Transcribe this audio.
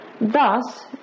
Thus